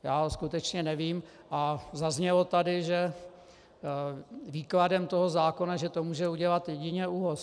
Já skutečně nevím, ale zaznělo tady výkladem toho zákona, že to může udělat jedině ÚOHS.